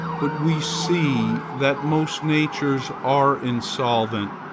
but we see that most natures are insolvent,